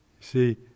See